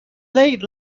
late